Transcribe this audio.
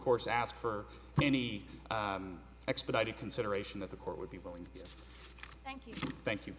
course ask for any expedited consideration of the court would be willing to thank you